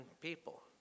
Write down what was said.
people